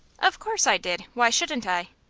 of course i did. why shouldn't i?